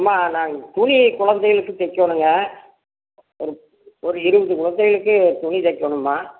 அம்மா நாங்கள் துணி குழந்தைகளுக்கு தைக்கணுங்க ஒரு ஒரு எழுபது குழந்தைகளுக்கு துணி தைக்கணும்மா